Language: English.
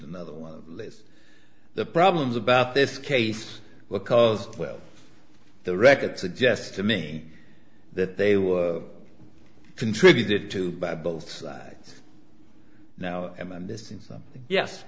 another one is the problems about this case because the record suggests to me that they were contributed to by both sides now am i missing so